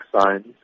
signs